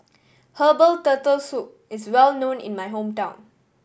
herbal Turtle Soup is well known in my hometown